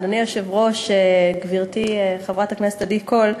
אדוני היושב-ראש, גברתי חברת הכנסת עדי קול,